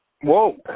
Whoa